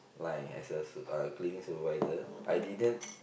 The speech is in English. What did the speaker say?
line as a cleaning supervisor I didn't